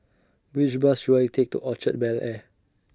Which Bus should I Take to Orchard Bel Air